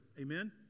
Amen